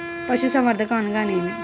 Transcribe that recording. పశుసంవర్ధకం అనగానేమి?